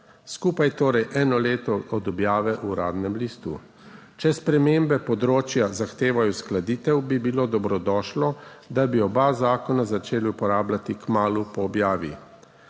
skupaj torej eno leto od objave v Uradnem listu. Če spremembe področja zahtevajo uskladitev, bi bilo dobrodošlo, da bi oba zakona začeli uporabljati kmalu po objavi.